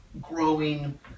growing